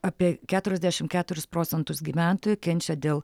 apie keturiasdešim keturis procentus gyventojų kenčia dėl